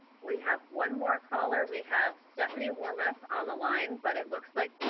we have one more caller, we have stephanie warmoth on the line, but it looks like,